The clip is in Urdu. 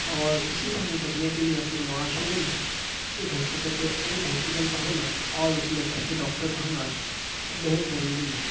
اور اسی سب سے بچنے کے لیے اپنے معاشرے میں ایک ہاسپیٹل ایک ہاسپیٹل کا ہونا اور اس میں ایک اچھے ڈاکٹر کا ہونا بےحد ضروری ہے